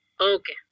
Okay